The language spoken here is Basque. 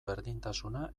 berdintasuna